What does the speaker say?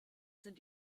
sind